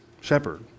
shepherd